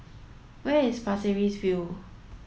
where is Pasir Ris View